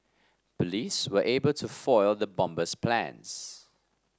police were able to foil the bomber's plans